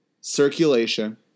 Circulation